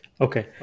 Okay